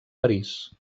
parís